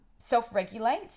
self-regulate